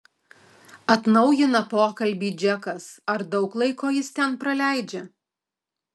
atnaujina pokalbį džekas ar daug laiko jis ten praleidžia